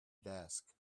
desk